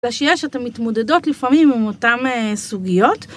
ושיש אתן מתמודדות לפעמים עם אותן סוגיות.